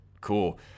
cool